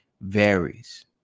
varies